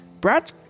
Brad